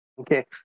Okay